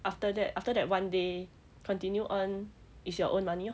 after that after that one day continue on it's your own money lor